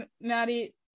maddie